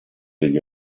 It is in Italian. dirgli